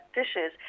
dishes